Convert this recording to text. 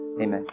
Amen